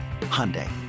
Hyundai